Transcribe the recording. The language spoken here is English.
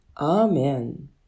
Amen